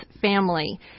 family